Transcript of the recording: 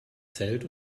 zelt